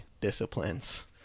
disciplines